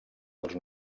dels